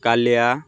Kalia